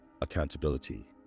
accountability